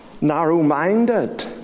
narrow-minded